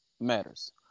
Matters